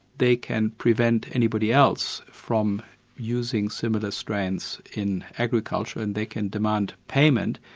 they can prevent anybody else from using similar strains in agriculture, and they can demand payment,